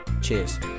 Cheers